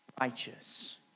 righteous